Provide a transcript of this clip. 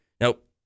Nope